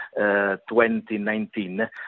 2019